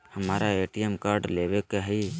हमारा ATM card लेव के हई